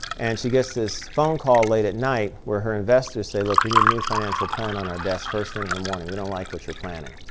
and she gets this phone call late at night where her investors say, look, we need a new financial plan on our desk first thing in the morning. we don't like what you're planning.